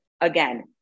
again